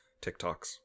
TikToks